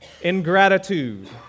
ingratitude